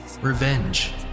revenge